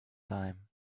time